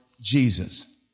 Jesus